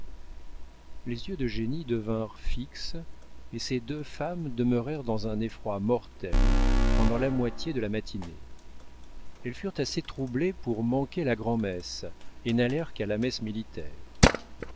les yeux d'eugénie devinrent fixes et ces deux femmes demeurèrent dans un effroi mortel pendant la moitié de la matinée elles furent assez troublées pour manquer la grand'messe et n'allèrent qu'à la messe militaire